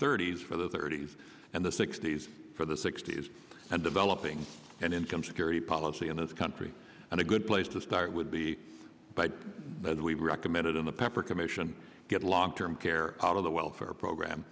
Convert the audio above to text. thirty's for the thirty's and the sixty's for the sixty's and developing an income security policy in this country and a good place to start would be but as we recommended in the pepper commission get long term care out of the welfare program